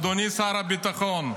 אדוני שר הביטחון,